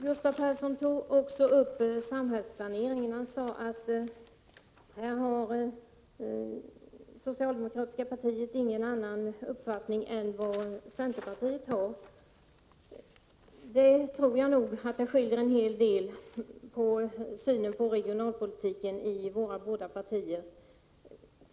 Gustav Persson tog också upp samhällsplaneringen och sade att här har det socialdemokratiska partiet ingen annan uppfattning än vad centerpartiet har. Jag tror att det skiljer en hel del i synen på regionalpolitiken mellan våra båda partier.